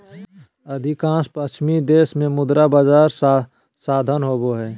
अधिकांश पश्चिमी देश में मुद्रा बजार साधन होबा हइ